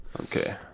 Okay